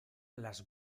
las